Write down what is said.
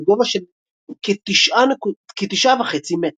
וגובה של כ-9.5 מטר.